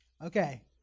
Okay